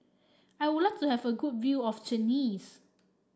I would like to have a good view of Tunis